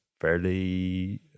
fairly